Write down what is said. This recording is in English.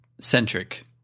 centric